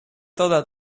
thought